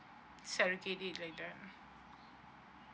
date like the